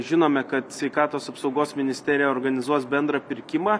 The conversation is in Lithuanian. žinome kad sveikatos apsaugos ministerija organizuos bendrą pirkimą